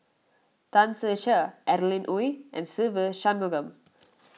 Tan Ser Cher Adeline Ooi and Se Ve Shanmugam